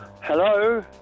Hello